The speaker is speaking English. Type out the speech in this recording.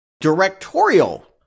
directorial